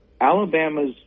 Alabama's